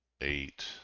eight